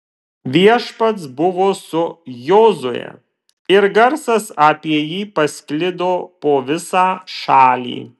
viešpats buvo su jozue ir garsas apie jį pasklido po visą šalį